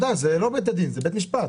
זה לא בית הדין, זה בית משפט.